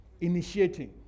initiating